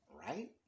right